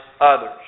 others